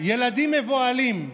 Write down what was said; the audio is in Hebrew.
ילדים מבוהלים.